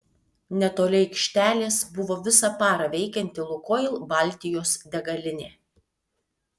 netoli aikštelės buvo visą parą veikianti lukoil baltijos degalinė